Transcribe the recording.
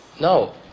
No